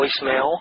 voicemail